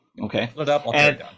Okay